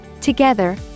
Together